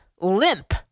limp